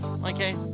Okay